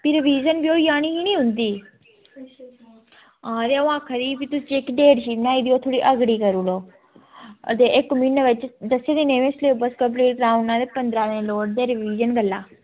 भी रिविज़न बी होई जानी ही निं उंदी ते आं ओह् भी आक्खा दी ही की जेह्ड़ी डेटशीट बनाई दी ओह् अग्गें करी ओड़ो ते इक्क म्हीनै बिच दस्सें दिनें च में सलेब्स पूरा कराई ओड़ना ते पंदरां दिन लोड़दे रिविजन गल्ला